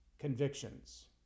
convictions